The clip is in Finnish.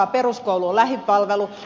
peruskoulu on lähipalvelu